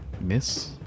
miss